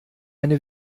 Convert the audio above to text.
eine